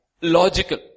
logical